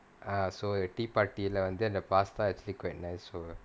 err so your tea party lah and then the pasta actually quite nice so